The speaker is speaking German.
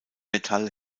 metall